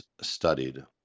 studied